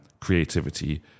creativity